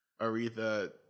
Aretha